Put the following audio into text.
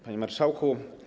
Panie Marszałku!